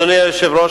אדוני היושב-ראש,